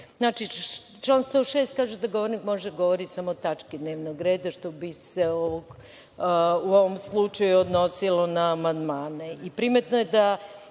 itd. Član 106. kaže da govornik može da govori samo o tački dnevnog reda, što bi se u ovom slučaju odnosilo na amandmane.